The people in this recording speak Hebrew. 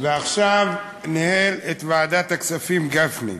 ועכשיו ניהל את ועדת הכספים גפני.